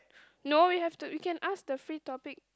no we have to we can ask the free topic